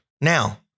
Now